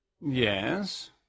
Yes